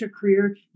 career